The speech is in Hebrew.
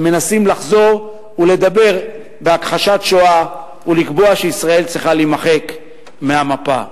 הם מנסים לחזור ולדבר בהכחשת השואה ולקבוע שישראל צריכה להימחק מהמפה.